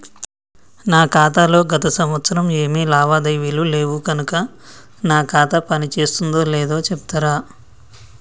నా ఖాతా లో గత సంవత్సరం ఏమి లావాదేవీలు లేవు కనుక నా ఖాతా పని చేస్తుందో లేదో చెప్తరా?